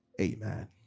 amen